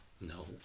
no